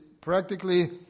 practically